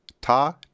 ta